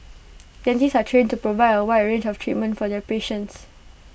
dentists are trained to provide A wide range of treatment for their patients